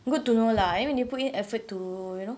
good to know lah when you put in effort to you know